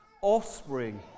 offspring